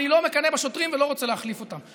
אני לא מקנא בשוטרים ולא רוצה להחליף אותם.